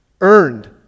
earned